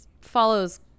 follows